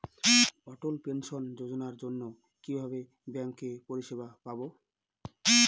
অটল pension যোজনার জন্য কিভাবে ব্যাঙ্কে পরিষেবা পাবো?